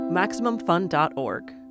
MaximumFun.org